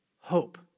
hope